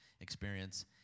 experience